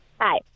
Hi